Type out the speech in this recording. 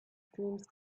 dreams